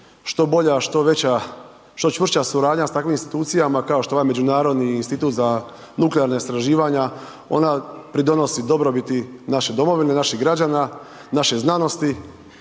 što bolja, što veća, što čvršća suradnja s takvim institucijama kao što je ovaj Međunarodni institut za nuklearna istraživanja ona pridonosi dobrobiti naše domovine, naših građana, naše znanosti.